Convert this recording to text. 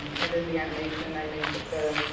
and in the animation i made the,